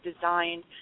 designed